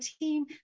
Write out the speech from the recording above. team